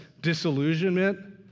disillusionment